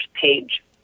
page